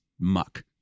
muck